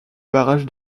barrage